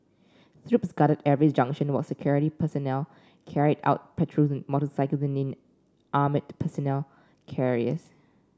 troops guarded every junction while security personnel carried out patrols on motorcycles and in armoured personnel carriers